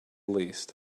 least